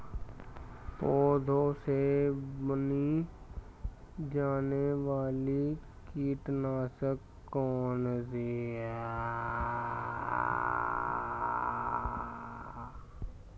पौधों से बनाई जाने वाली कीटनाशक कौन सी है?